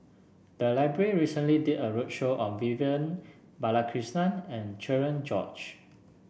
the library recently did a roadshow on Vivian Balakrishnan and Cherian George